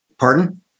Pardon